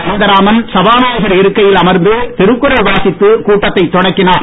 அனந்தராமன் சபாநாயகர் இருக்கையில் அமர்ந்து திருக்குறள் வாசித்து கூட்டத்தை தொடங்கினார்